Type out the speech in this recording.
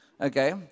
okay